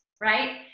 right